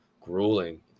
grueling